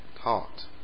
taught